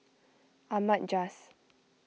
Ahmad Jais